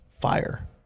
fire